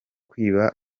kwiba